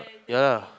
yeah